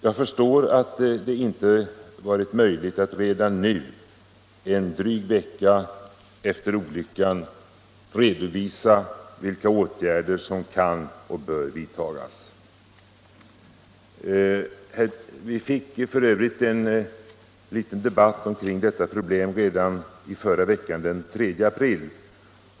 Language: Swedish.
Jag förstår att det inte varit möjligt att redan nu, en dryg vecka efter olyckan, redovisa vilka åtgärder som kan och bör vidtas. Vi fick för övrigt en liten debatt om detta problem redan den 3 april.